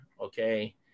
Okay